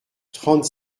trente